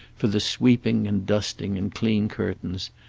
for the sweeping and dusting and clean curtains,